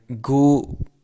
go